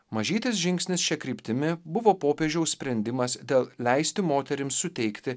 mažytis žingsnis šia kryptimi buvo popiežiaus sprendimas dėl leisti moterims suteikti